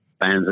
fans